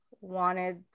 wanted